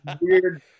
weird